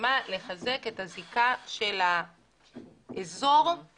מגמה לחזק את הזיקה של האזור למינוי.